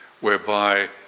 whereby